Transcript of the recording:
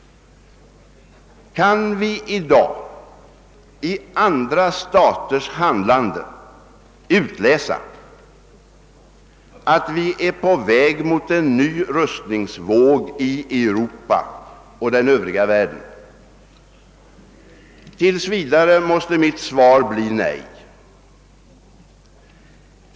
Kan vi i dag ur andra staters handlande utläsa, att man är på väg mot en ny rustningsvåg i Europa och den övriga världen? Tills vidare måste mitt svar bli nej.